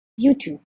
YouTube